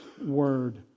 Word